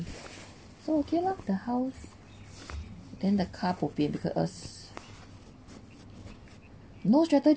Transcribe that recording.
so okay lah the house then the car bo pian because us no strategy